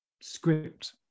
script